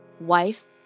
wife